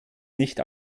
nicht